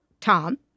Tom